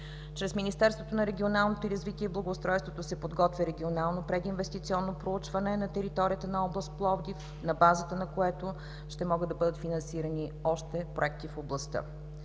Чрез Министерството на регионалното развитие и благоустройството се подготвя регионално прединвестиционно проучване на територията на област Пловдив на базата на което ще могат да бъдат финансирани още проекти в областта.